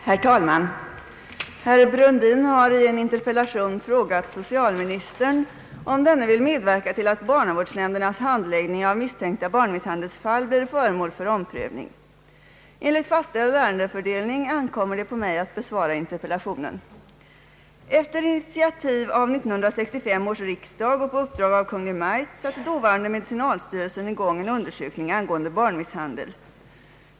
Herr talman! Herr Brundin har i en interpellation frågat socialministern om denne vill medverka till att barnavårdsnämndernas = handläggning «av misstänkta barnmisshandelsfall blir föremål för omprövning. Enligt fastställd ärendefördelning ankommer det på mig att besvara interpellationen. Efter initiativ av 1965 års riksdag och på uppdrag av Kungl. Maj:t satte dåvarande medicinalstyrelsen i gång en undersökning angående barnmisshandel.